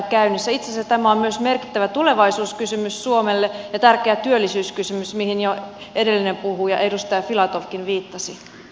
itse asiassa tämä on myös merkittävä tulevaisuuskysymys suomelle ja tärkeä työllisyyskysymys mihin jo edellinen puhuja edustaja filatovkin viittasi